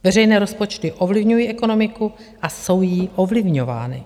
Veřejné rozpočty ovlivňují ekonomiku a jsou jí ovlivňovány.